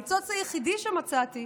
הניצוץ היחידי שמצאתי